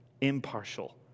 Impartial